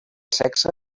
sexe